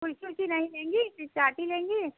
फुलकी उलकी नहीं लेंगी सिर्फ चाट ही लेंगी